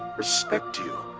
respect you.